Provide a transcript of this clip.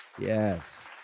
Yes